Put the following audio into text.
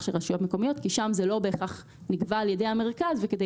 של רשויות מקומיות כי שם זה לא בהכרח נקבע על ידי המרכז וכדי